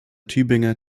tübinger